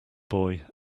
boy